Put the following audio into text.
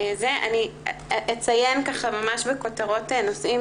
אציין בכותרות נושאים